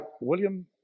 William